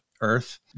earth